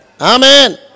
Amen